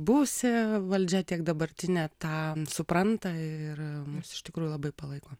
buvusi valdžia tiek dabartinė tą supranta ir mus iš tikrųjų labai palaiko